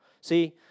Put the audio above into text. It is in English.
See